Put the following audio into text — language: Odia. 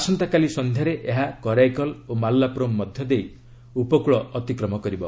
ଆସନ୍ତାକାଲି ସଂଧ୍ୟାରେ ଏହା କରାଇକଲ ଓ ମାଲାପୁରମ୍ ମଧ୍ୟ ଦେଇ ଉପକଳ ଅତିକ୍ରମ କରିବ